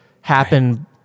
happen